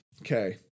okay